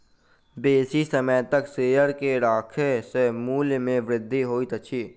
बेसी समय तक शेयर के राखै सॅ मूल्य में वृद्धि होइत अछि